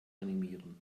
animieren